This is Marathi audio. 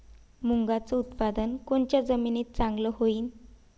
मुंगाचं उत्पादन कोनच्या जमीनीत चांगलं होईन?